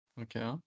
Okay